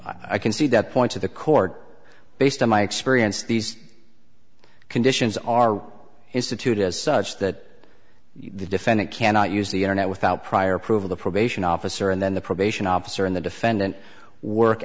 i can see that point to the court based on my experience these conditions are institute is such that the defendant cannot use the internet without prior approval the probation officer and then the probation officer in the defendant work